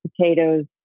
potatoes